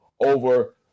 over